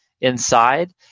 inside